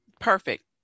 Perfect